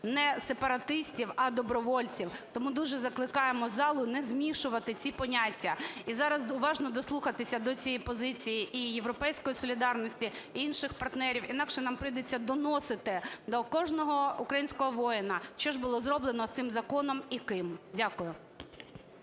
не сепаратистів, а добровольців, тому дуже закликаємо залу не змішувати ці поняття і зараз уважно дослухатися до цієї позиції і "Європейської солідарності", інших партнерів, інакше нам прийдеться доносити до кожного українського воїна, що ж було зроблено з цим законом і ким. Дякую.